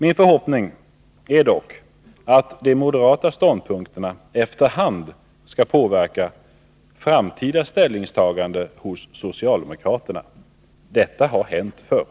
Min förhoppning är dock att de moderata ståndpunkterna efter hand skall påverka framtida ställningstaganden hos socialdemokraterna. Detta har hänt förr.